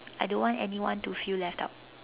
I don't want anyone to feel left out